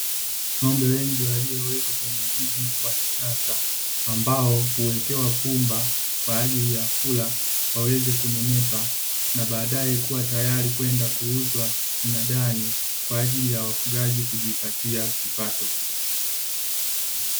Ng’ombe wengi waliowekwa kwenye zizi wa kisasa, ambao huwekewa pumba kwa ajili ya kula waweze kunenepa, na badaye kuwa tayari kwenda kuuzwa mnadani kwa ajili ya wafugaji kujipatia kipato.